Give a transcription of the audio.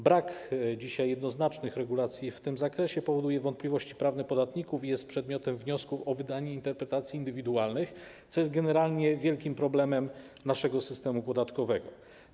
Brak dzisiaj jednoznacznych regulacji w tym zakresie powoduje wątpliwości prawne podatników i jest przedmiotem wniosków o wydanie interpretacji indywidualnych, co jest zasadniczo wielkim problemem naszego systemu podatkowego.